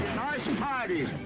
nice and party.